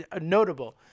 notable